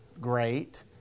great